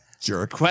Jerk